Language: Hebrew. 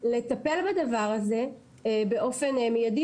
לטפל בדבר הזה באופן מיידי.